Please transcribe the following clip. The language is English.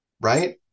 Right